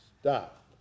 stop